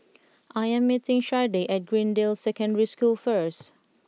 I am meeting Sharday at Greendale Secondary School first